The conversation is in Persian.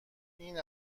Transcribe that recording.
این